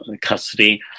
custody